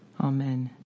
Amen